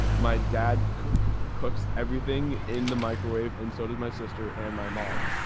my dad cooks cooks everything in the microwave. and so does my sister and my mom.